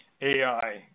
AI